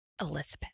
Elizabeth